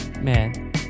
Man